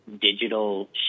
digital